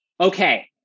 Okay